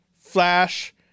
Flash